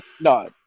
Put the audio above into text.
no